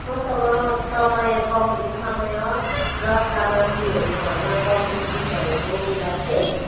मसँग समय कम समय र सामाग्रीहरू घरमा कम्ती भएको बेला चाहिँ